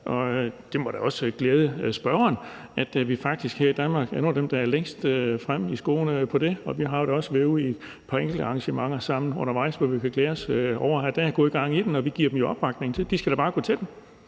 Det må da også glæde spørgeren, at vi faktisk her i Danmark er nogle af dem, der er længst fremme i skoene på det område. Vi har da også været ude til et par enkelte arrangementer sammen undervejs, og der kan man glæde sig over, at der er god gang i den. Vi giver dem jo opbakning derude, for de skal da bare gå til den.